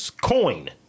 coin